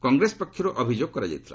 କଂଗ୍ରେସ ପକ୍ଷରୁ ଅଭିଯୋଗ କରାଯାଇଥିଲା